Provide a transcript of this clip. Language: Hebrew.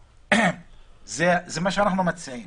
זה מה שאנחנו מציעים,